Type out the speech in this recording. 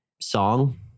song